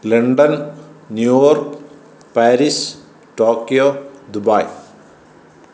London New York Paris Tokyo Dubai